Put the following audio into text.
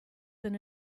than